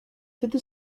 through